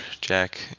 Jack